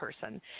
person